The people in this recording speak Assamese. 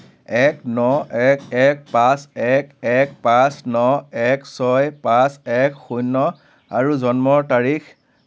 এক ন এক এক পাঁচ এক এক পাঁচ ন এক ছয় পাঁচ এক শূণ্য আৰু জন্মৰ তাৰিখ